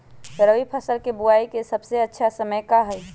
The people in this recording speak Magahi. रबी फसल के बुआई के सबसे अच्छा समय का हई?